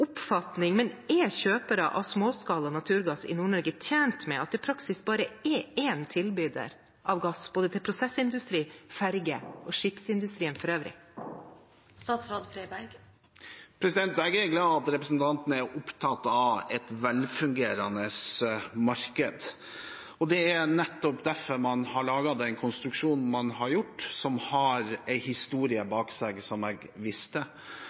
oppfatning, men er kjøpere av småskalanaturgass i Nord-Norge tjent med at det i praksis bare er én tilbyder av gass til både prosessindustri, ferger og skipsindustrien for øvrig? Jeg er glad for at representanten er opptatt av et velfungerende marked. Det er nettopp derfor man har laget den konstruksjonen man har laget, som har en historie bak seg, som jeg